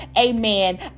amen